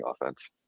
offense